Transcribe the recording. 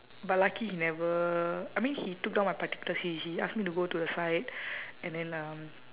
but lucky he never I mean he took down my particulars he he ask me to go to the side and then uh